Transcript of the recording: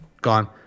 gone